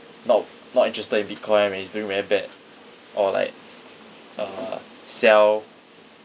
not not interested in bitcoin when it's doing very bad or like uh sell